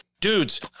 Dudes